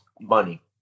money